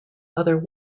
other